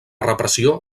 repressió